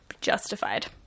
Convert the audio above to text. justified